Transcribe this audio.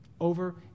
over